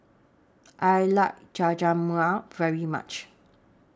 I like Jajangmyeon very much